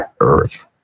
earth